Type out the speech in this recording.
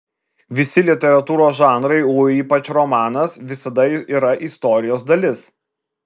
visi literatūros žanrai o ypač romanas visada yra istorijos dalis